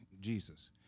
Jesus